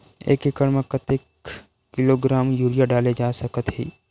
एक एकड़ म कतेक किलोग्राम यूरिया डाले जा सकत हे?